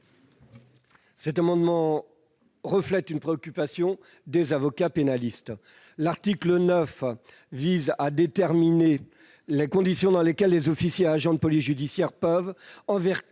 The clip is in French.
Cette proposition découle d'une préoccupation des avocats pénalistes. L'article 9 vise à déterminer les conditions dans lesquelles les officiers et agents de police judiciaire peuvent, en vertu